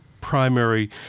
primary